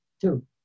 two